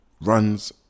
runs